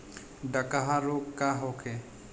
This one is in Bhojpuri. डकहा रोग का होखे?